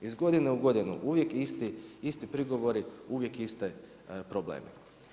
Iz godine u godinu uvijek isti prigovori, uvijek isti problemi.